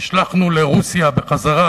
נשלחנו לרוסיה בחזרה,